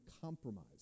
compromise